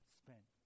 spent